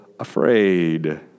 afraid